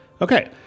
Okay